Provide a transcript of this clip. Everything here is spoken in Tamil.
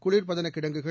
குளிர்பதன கிடங்குகள்